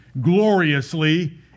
gloriously